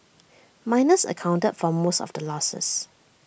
miners accounted for most of the losses